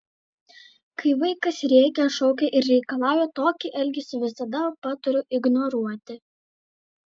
kai vaikas rėkia šaukia ir reikalauja tokį elgesį visada patariu ignoruoti